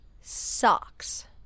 Socks